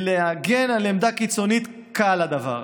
להגן על עמדה קיצונית, קל הדבר.